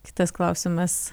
kitas klausimas